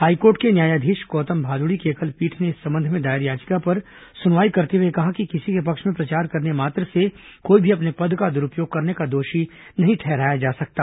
high court के न्यायाधीश गौतम भादुड़ी की एकल पीठ ने इस संबंध में दायर याचिका पर सुनवाई करते हुए कहा कि किसी के पक्ष में प्रचार करने मात्र से कोई भी अपने पद का दुरूपयोग करने का दोषी नहीं ठहराया जा सकता